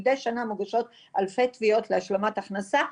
מדי שנה מוגשות אלפי תביעות להשלמת הכנסה,